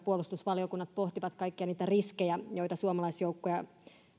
puolustusvaliokunnat pohtivat kaikkia niitä riskejä joita suomalaisjoukot